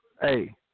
Hey